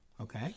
Okay